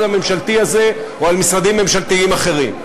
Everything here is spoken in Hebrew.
הממשלתי הזה או על משרדים ממשלתיים אחרים.